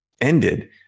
ended